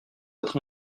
votre